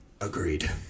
Agreed